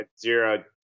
zero